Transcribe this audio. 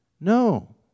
No